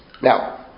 Now